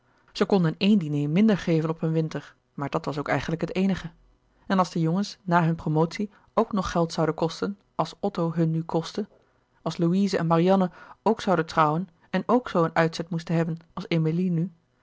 zij konden éen diner minder geven op een winter maar dat was ook eigenlijk het eenige en als de jongens na hun promotie ook nog geld zouden kosten als otto hun nu kostte als louise en marianne ook zouden trouwen en ook zoo een uitzet moesten hebben als emilie nu